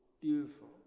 Beautiful